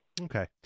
Okay